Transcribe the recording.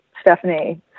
Stephanie